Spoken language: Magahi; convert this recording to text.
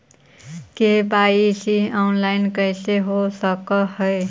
के.वाई.सी ऑनलाइन कैसे हो सक है?